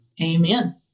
Amen